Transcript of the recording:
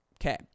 Okay